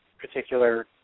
particular